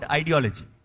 ideology